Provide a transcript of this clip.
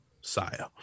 Saya